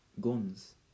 guns